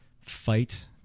fight